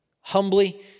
humbly